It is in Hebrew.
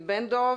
בן-דב.